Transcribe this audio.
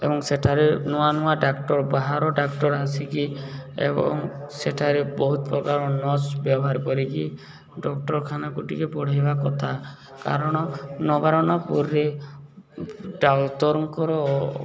ଏବଂ ସେଠାରେ ନୂଆ ନୂଆ ଡ଼ାକ୍ଟର ବାହାର ଡ଼ାକ୍ଟର ଆସିକି ଏବଂ ସେଠାରେ ବହୁତ ପ୍ରକାର ନର୍ସ ବ୍ୟବହାର କରିକି ଡ଼କ୍ଟରଖାନାକୁ ଟିକେ ବଢ଼େଇବା କଥା କାରଣ ନବରନପୁରରେ ଡ଼ାକ୍ତରଙ୍କର